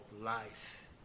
life